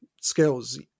skills